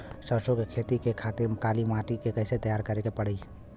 सरसो के खेती के खातिर काली माटी के कैसे तैयार करे के पड़ी?